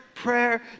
prayer